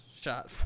Shot